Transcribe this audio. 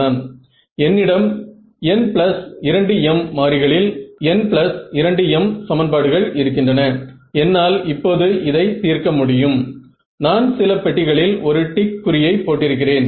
நான் பார்த்து கொண்டு இருக்கும் இதையே நான் பெறுகிறேன்